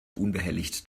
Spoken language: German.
unbehelligt